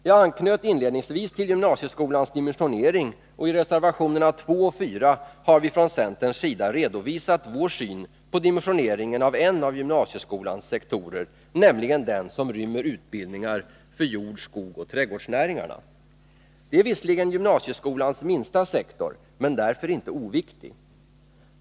Jag anknöt inledningsvis till gymnasieskolans dimensionering. I reservationerna 2 och 4 har vi från centerns sida redovisat vår syn på dimensioneringen av en av gymnasieskolans sektorer, nämligen den som rymmer utbildningar för jordbruks-, skogsbruksoch trädgårdsnäringarna. Det är visserligen gymnasieskolans minsta sektor, men den är därför inte oviktig.